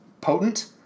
potent